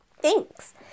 Thanks